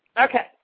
okay